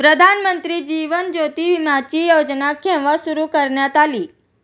प्रधानमंत्री जीवन ज्योती विमाची योजना केव्हा सुरू करण्यात आली?